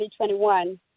2021